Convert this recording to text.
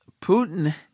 Putin